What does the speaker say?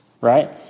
right